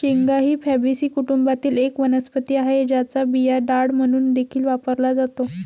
शेंगा ही फॅबीसी कुटुंबातील एक वनस्पती आहे, ज्याचा बिया डाळ म्हणून देखील वापरला जातो